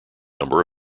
number